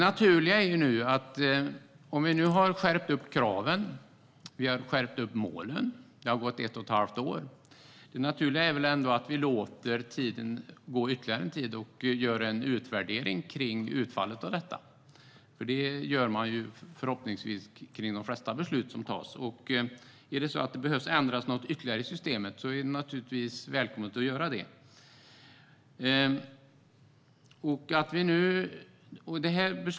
Vi har skärpt kraven och skärpt målen, och det har gått ett och ett halvt år. Det naturliga är väl att vi låter det gå ytterligare en tid och gör en utvärdering av utfallet. Det gör man förhoppningsvis av de flesta beslut som tas. Behöver det ändras något ytterligare i systemet är det naturligtvis välkommet att göra det.